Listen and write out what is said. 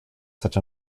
such